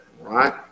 right